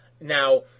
now